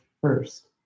first